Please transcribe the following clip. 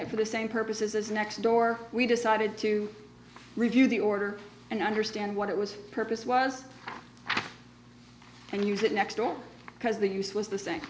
it for the same purposes as next door we decided to review the order and understand what it was purpose was and use it next door because the use was the same